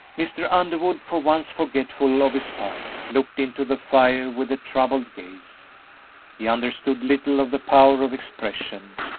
mr. underwood, for once forgetful of his pipe, looked into the fire with a troubled gaze he understood little of the power of expression,